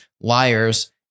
liars